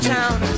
Town